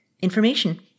information